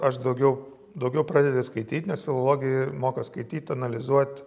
aš daugiau daugiau pradedi skaityt nes filologijoj moko skaityt analizuot